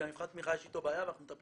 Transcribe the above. כי יש בעיה עם מבחן התמיכה ואנחנו מטפלים